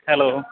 hello